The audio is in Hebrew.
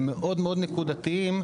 ומאוד מאוד נקודתיים,